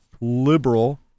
liberal